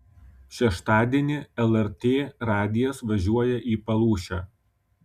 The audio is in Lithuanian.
šeštadienį lrt radijas važiuoja į palūšę